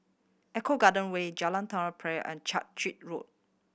Eco Garden Way Jalan Tari Piring and Road